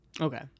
Okay